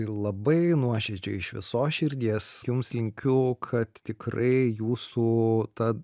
labai nuoširdžiai iš visos širdies jums linkiu kad tikrai jūsų ta